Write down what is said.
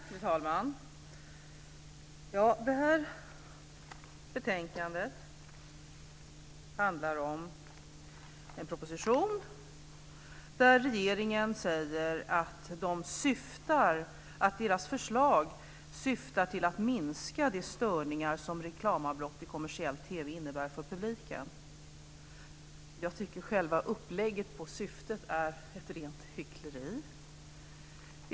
Fru talman! Det här betänkandet handlar om en proposition där regeringen säger att dess förslag syftar till att minska de störningar som reklamavbrott i kommersiell TV innebär för publiken. Jag tycker att själva upplägget av syftet är rent hyckleri.